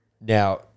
Now